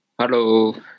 Hello